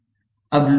अब लूप क्या है